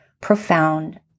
profound